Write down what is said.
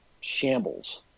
shambles